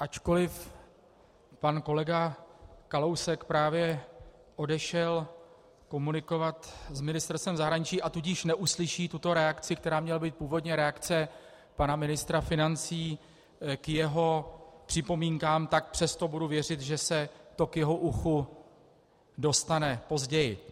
Ačkoliv pan kolega Kalousek právě odešel komunikovat s Ministerstvem zahraničí, a tudíž neuslyší tuto reakci, která měla být původně reakce pana ministra financí k jeho připomínkám, tak přesto budu věřit, že se to k jeho uchu dostane později.